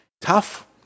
tough